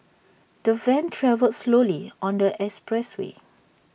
the van travelled slowly on the express way